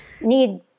need